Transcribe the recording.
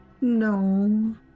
No